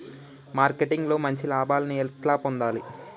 Marketing లో మంచి లాభాల్ని ఎట్లా పొందాలి?